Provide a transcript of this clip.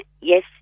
yes